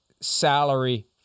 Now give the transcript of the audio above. salary